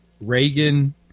Reagan